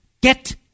Get